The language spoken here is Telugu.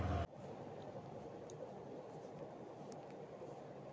వ్యాపారాన్ని నిర్వహించడంలో అకౌంటింగ్ చానా ముఖ్యమైన పాత్ర పోషిస్తది